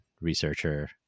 researcher